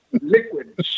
liquid